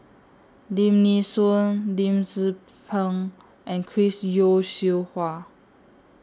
Lim Nee Soon Lim Tze Peng and Chris Yeo Siew Hua